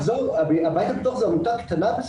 כשהבית הפתוח הוא עמותה קטנה,